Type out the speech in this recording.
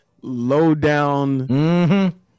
low-down